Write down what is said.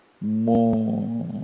more